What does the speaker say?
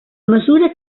mesura